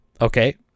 okay